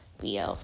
BL